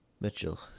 Mitchell